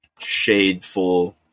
shadeful